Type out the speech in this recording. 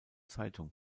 zeitung